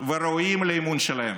וראויים לאמון שלהם.